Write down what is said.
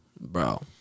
Bro